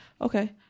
Okay